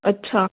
ਅੱਛਾ